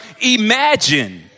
imagine